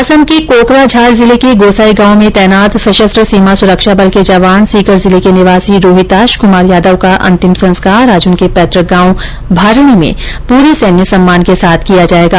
असम के कोकराझार जिले के गौसाईगांव में तैनात सशस्त्र सीमा सुरक्षा बल के जवान सीकर जिले के निवासी रोहिताश कुमार यादव का अंतिम संस्कार आज उनके पैतुक गांव भारणी में पूरे सैनिक सम्मान के साथ होगा